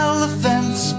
Elephants